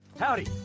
Howdy